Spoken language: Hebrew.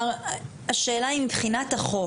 אם מבחינת החוק,